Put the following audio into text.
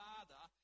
Father